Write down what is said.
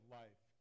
life